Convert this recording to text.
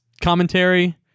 commentary